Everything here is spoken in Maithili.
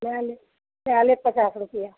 नहि नहि चालिस पचास रुपैआ